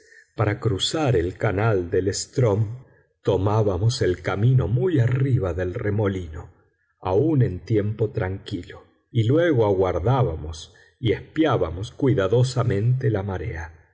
para cruzar el canal del strm tomábamos el camino muy arriba del remolino aun en tiempo tranquilo y luego aguardábamos y espiábamos cuidadosamente la marea